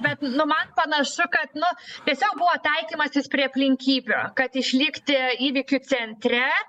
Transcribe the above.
bet nu man panašu kad nu tiesiog buvo taikymasis prie aplinkybių kad išlikti įvykių centre